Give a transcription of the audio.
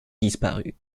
disparus